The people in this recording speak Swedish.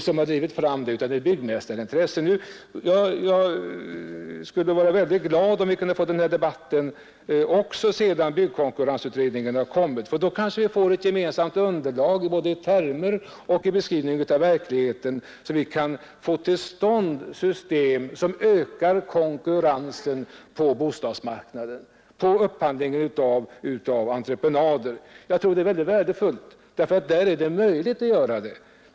Jag skulle vara mycket glad om vi kunde få en debatt om denna fråga också sedan byggkonkurrensutredningen kommit med sitt material, för då kanske vi får ett gemensamt underlag i fråga om både termer och beskrivning av verkligheten, så att vi kan få till stånd system som ökar konkurrensen på bostadsmarknaden när det gäller upphandlingen av entreprenader. Jag tror att det vore mycket värdefullt därför att det där är möjligt att öka konkurrensen.